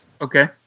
Okay